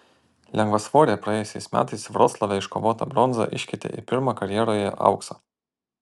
lengvasvorė praėjusiais metais vroclave iškovotą bronzą iškeitė į pirmą karjeroje auksą